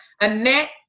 Annette